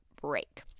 break